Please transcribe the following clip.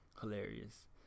hilarious